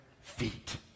feet